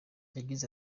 yagize